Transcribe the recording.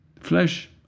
Flesh